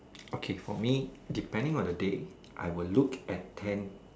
okay for me depending on the day I will look at ten